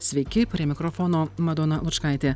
sveiki prie mikrofono madona lučkaitė